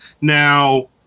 now